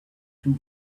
too